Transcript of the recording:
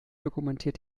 dokumentiert